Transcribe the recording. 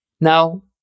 Now